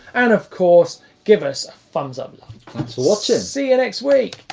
and of course give us a thumbs up. thanks for watching. see you next week.